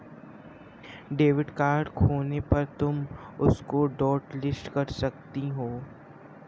debit card खोने पर तुम उसको हॉटलिस्ट कर सकती हो